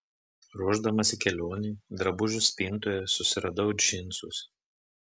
ruošdamasi kelionei drabužių spintoje susiradau džinsus